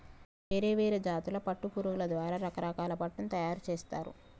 వేరే వేరే జాతుల పట్టు పురుగుల ద్వారా రకరకాల పట్టును తయారుచేస్తారు